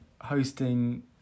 hosting